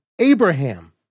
Abraham